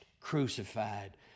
crucified